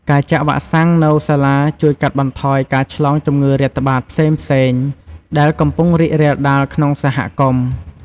ការចាក់វ៉ាក់សាំងនៅសាលាជួយកាត់បន្ថយការឆ្លងជំងឺរាតត្បាតផ្សេងៗ ដែលកំពុងរីករាលដាលក្នុងសហគមន៍។